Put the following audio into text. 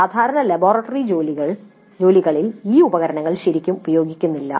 സാധാരണ ലബോറട്ടറി ജോലികളിൽ ഈ ഉപകരണങ്ങൾ ശരിക്കും ഉപയോഗിക്കുന്നില്ല